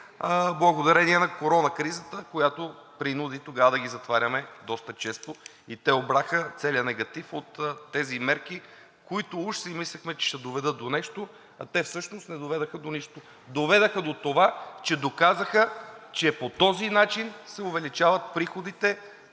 благодарение на корона кризата, която принуди тогава да ги затваряме доста често и те обраха целия негатив от тези мерки, които уж си мислехме, че ще доведат до нещо, а те всъщност не доведоха до нищо. Доведоха до това, че доказаха, че по този начин се увеличават приходите,